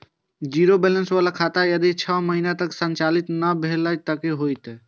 Zero balance बाला खाता में यदि छः महीना तक संचालित नहीं भेल ते कि होयत?